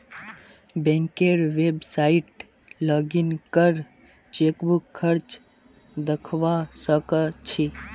बैंकेर website login करे chequebook खर्च दखवा स ख छि